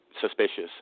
suspicious